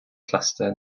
cluster